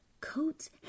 coats